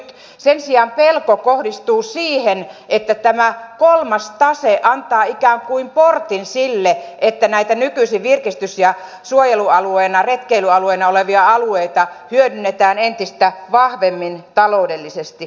sen sijaan pelko kohdistuu siihen että tämä kolmas tase antaa ikään kuin portin sille että näitä nykyisin virkistys ja suojelualueena ja retkeilyalueena olevia alueita hyödynnetään entistä vahvemmin taloudellisesti